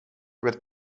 werd